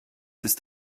ist